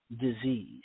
disease